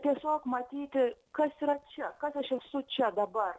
tiesiog matyti kas yra čia kas aš esu čia dabar